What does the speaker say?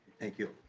thank you